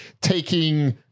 taking